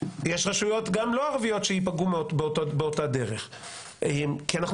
יש רשויות גם לא ערביות שייפגעו באותה דרך כי אנחנו